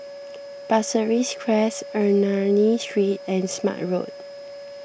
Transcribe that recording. Pasir Ris Crest Ernani Street and Smart Road